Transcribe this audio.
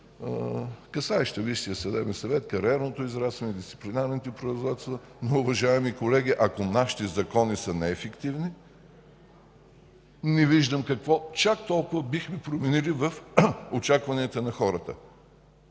касаеща Висшия съдебен съвет, кариерното израстване, дисциплинарните производства, но, уважаеми колеги, ако нашите закони са неефективни, не виждам какво чак толкова бихме променили в очакванията на хората.